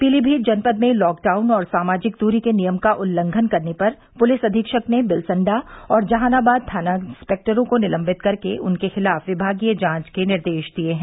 पीलीभीत जनपद में लॉकडाउन और सामाजिक दूरी के नियम का उल्लंघन करने पर पुलिस अधीक्षक ने बिलसंडा और जहानाबाद थाना इंस्पेक्टरों को निलंबित कर के उनके खिलाफ विभागीय जांच के निर्देश दिए हैं